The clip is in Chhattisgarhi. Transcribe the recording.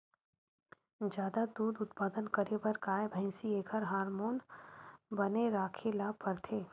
जादा दूद उत्पादन करे बर गाय, भइसी एखर हारमोन बने राखे ल परथे